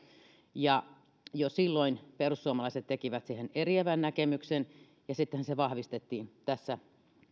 jo silloin perussuomalaiset tekivät siihen eriävän näkemyksen sittenhän se muutos vahvistettiin tässä